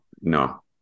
no